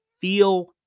feel